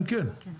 כן, כן.